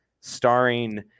starring